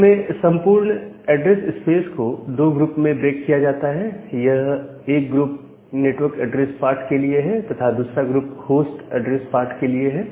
इसमें संपूर्ण address space को दो ग्रुप में ब्रेक किया जाता है एक ग्रुप नेटवर्क एड्रेस पार्ट के लिए है तथा दूसरा ग्रुप होस्ट ऐड्रेस पार्ट के लिए है